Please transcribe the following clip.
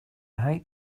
hate